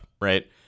right